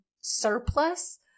surplus